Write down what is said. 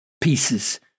pieces